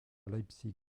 leipzig